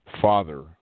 father